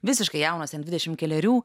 visiškai jaunas jam dvidešimt kelerių